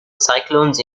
cyclones